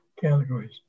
categories